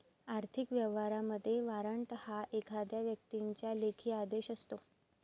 आर्थिक व्यवहारांमध्ये, वॉरंट हा एखाद्या व्यक्तीचा लेखी आदेश असतो